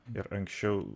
ir anksčiau